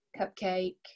cupcake